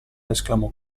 esclamò